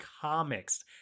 comics